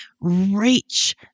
reach